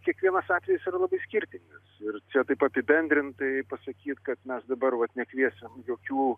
kiekvienas atvejis yra labai skirtingas ir čia taip apibendrintai pasakyt kad mes dabar vat nekviesim jokių